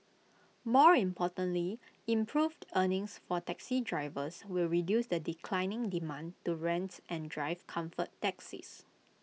more importantly improved earnings for taxi drivers will reduce the declining demand to rents and drive comfort taxis